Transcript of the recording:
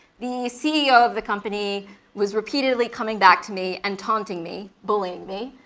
the ceo of the company was repeatedly coming back to me and taunting me, bullying me.